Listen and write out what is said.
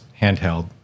handheld